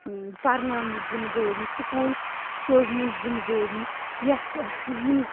پرناونٕچ ذِمہٕ دأری سکوٗل سوزنٕچ ذِمہٕ دأری یَس یِم